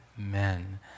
Amen